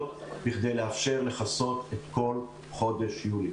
פעילות, בכדי לאפשר לכסות את כל חודש יולי.